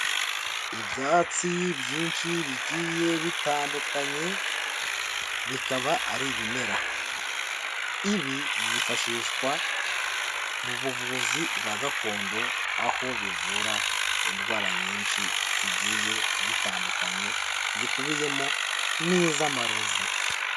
Ibyatsi byinshi bigiye bitandukanye bikaba ari ibimera, ibi byifashishwa mu buvuzi bwa gakondo aho bivura indwara nyinshi zigiye zitandukanye zikubiyemo n'iz'amarozi.